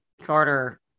Carter